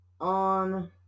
On